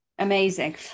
Amazing